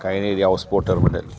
Kainagiri house boat terminal